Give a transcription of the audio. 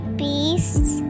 beasts